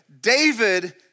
David